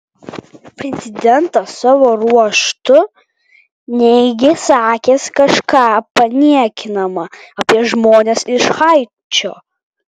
prezidentas savo ruožtu neigė sakęs kažką paniekinama apie žmones iš haičio